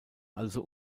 also